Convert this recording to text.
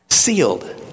sealed